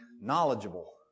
knowledgeable